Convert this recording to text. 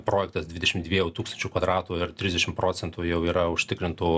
projektas dvidešim dviejų tūkstančių kvadratų ir trisdešim procentų jau yra užtikrintų